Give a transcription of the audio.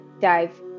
dive